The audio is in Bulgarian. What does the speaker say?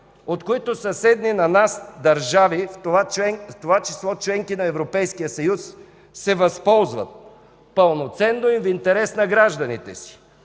от които съседни на нас държави, в това число членки на Европейския съюз, се възползват пълноценно и в интерес на гражданите си.